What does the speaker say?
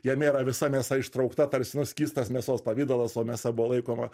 jame yra visa mėsa ištraukta tarsi nu skystas mėsos pavidalas o mėsa buvo laikoma